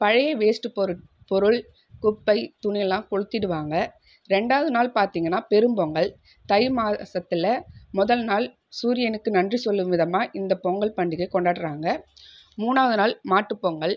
பழைய வேஸ்ட்டு பொருள் பொருள் குப்பை துணியெல்லாம் கொளுத்திவிடுவாங்க ரெண்டாவது நாள் பார்த்திங்கன்னா பெரும் பொங்கல் தை மாசத்தில் முதல் நாள் சூரியனுக்கு நன்றி சொல்லும் விதமாக இந்த பொங்கல் பண்டிகை கொண்டாடுறாங்க மூணாவது நாள் மாட்டுப்பொங்கல்